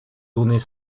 donner